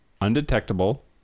undetectable